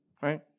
right